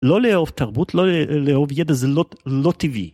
לא לאהוב תרבות, לא לאהוב ידע זה לא... לא טבעי.